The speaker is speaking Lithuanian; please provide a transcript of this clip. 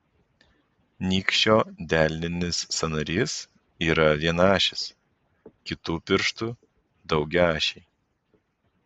nykščio delninis sąnarys yra vienaašis kitų pirštų daugiaašiai